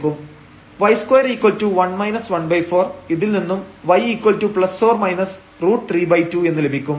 y21 14 ഇതിൽ നിന്നും y±√32 എന്ന് ലഭിക്കും